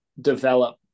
develop